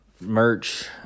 merch